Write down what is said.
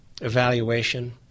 evaluation